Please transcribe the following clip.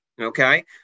okay